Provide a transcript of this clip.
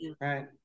Right